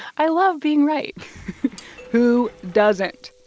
i love being right who doesn't?